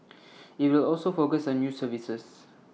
IT will also focus on new services